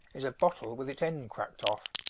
is a bottle with its end cracked off.